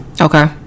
Okay